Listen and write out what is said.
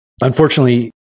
Unfortunately